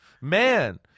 Man